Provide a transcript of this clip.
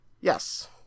Yes